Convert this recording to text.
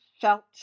felt